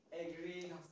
agree